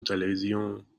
تلویزیون